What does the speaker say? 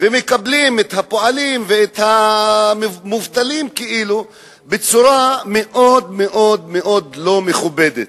ומקבלים את הפועלים ואת המובטלים בצורה מאוד מאוד לא מכובדת,